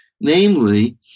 Namely